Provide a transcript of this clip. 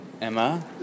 Emma